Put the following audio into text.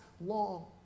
long